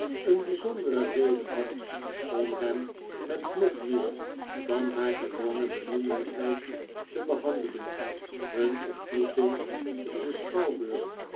een bijzondere reden had om hem met nog meer dan haar gewohe beminnelijkheid te behandelen hun ontmoeting in den schouwburg